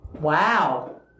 Wow